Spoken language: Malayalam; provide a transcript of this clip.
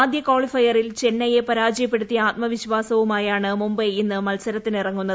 ആദ്യകാളിഫയറിൽ ചെന്നൈയെ പരാജയപ്പെടുത്തിയ ആത്മവിശ്വാസവുമായാണ് മുംബൈ ഇന്ന് മത്സരത്തിനിറങ്ങുന്നത്